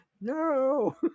No